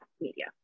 media